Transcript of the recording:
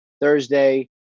Thursday